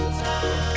time